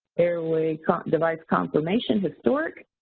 airway device confirmation historic,